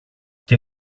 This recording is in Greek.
και